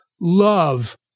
love